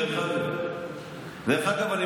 על זה אנחנו מדברים, דרך אגב.